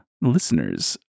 Listeners